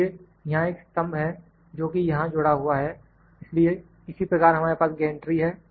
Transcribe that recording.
इसलिए यहां एक स्तम्भ है जो कि यहां जुड़ा हुआ है इसलिए इसी प्रकार हमारे पास गैंट्री है